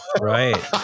Right